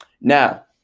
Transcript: Now